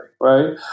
right